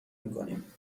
میکنیم